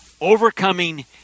Overcoming